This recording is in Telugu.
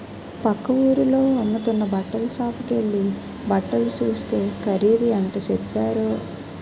పక్క వూరిలో అమ్ముతున్న బట్టల సాపుకెల్లి బట్టలు సూస్తే ఖరీదు ఎంత సెప్పారో